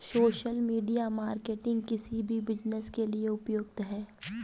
social media marketing किसी भी business के लिए उपयुक्त है